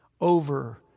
over